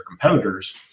competitors